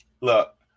look